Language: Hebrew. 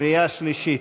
קריאה שלישית,